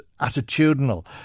attitudinal